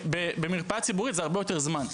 כשבמרפאה ציבורית זה הרבה יותר זמן.